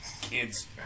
kids